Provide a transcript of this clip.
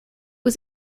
was